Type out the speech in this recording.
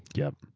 yup.